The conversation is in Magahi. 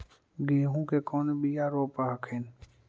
गेहूं के कौन बियाह रोप हखिन?